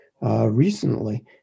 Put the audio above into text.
recently